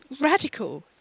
radical